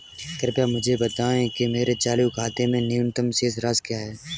कृपया मुझे बताएं कि मेरे चालू खाते के लिए न्यूनतम शेष राशि क्या है?